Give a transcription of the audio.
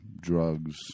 drugs